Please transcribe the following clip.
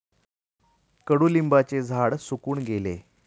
कडुलिंबाचे झाड सुकून गेले